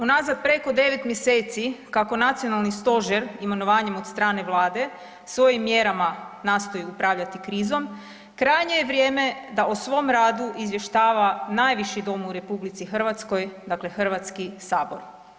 Unazad preko 9 mjeseci kako nacionalni stožer imenovanjem od strane Vlade svojim mjerama nastoji upravljati krizom krajnje je vrijeme da o svom radu izvještava najviši dom u RH, dakle Hrvatski sabor.